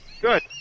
Good